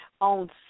on